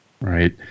Right